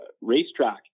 racetrack